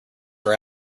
our